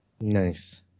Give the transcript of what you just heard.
Nice